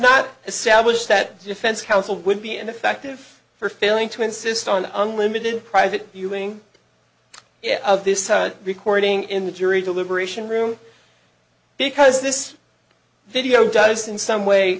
not established that defense counsel would be ineffective for failing to insist on the unlimited private viewing of this recording in the jury deliberation room because this video does in some way